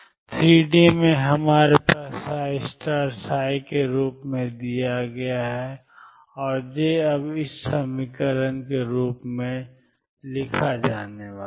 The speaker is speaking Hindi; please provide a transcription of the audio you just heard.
3D में हमारे पास जो के रूप में दिया गया है और j अब 2miψ ψ के रूप में लिखा जाने वाला है